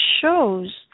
shows